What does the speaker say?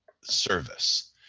service